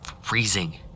freezing